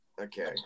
Okay